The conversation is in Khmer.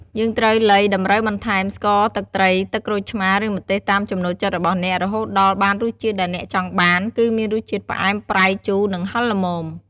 យើងត្រូវលៃតម្រូវបន្ថែម ស្ករ ទឹកត្រី ទឹកក្រូចឆ្មារ ឬម្ទេស តាមចំណូលចិត្តរបស់អ្នក រហូតដល់បានរសជាតិដែលអ្នកចង់បាន គឺមានរសជាតិផ្អែម ប្រៃ ជូរ និងហិរល្មម។